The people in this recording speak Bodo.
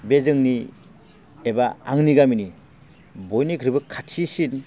बे जोंनि एबा आंनि गामिनि बयनिख्रुइबो खाथिसिन